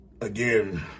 Again